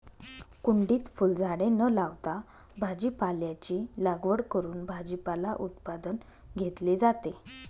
कुंडीत फुलझाडे न लावता भाजीपाल्याची लागवड करून भाजीपाला उत्पादन घेतले जाते